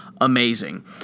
amazing